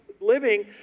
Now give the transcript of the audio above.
living